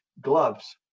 gloves